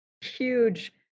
huge